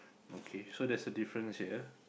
okay so that's a difference here